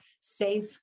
safe